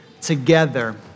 together